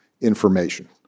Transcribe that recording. information